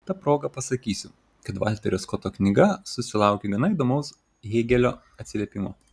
ta proga pasakysiu kad valterio skoto knyga susilaukė gana įdomaus hėgelio atsiliepimo